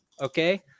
okay